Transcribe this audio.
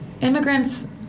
Immigrants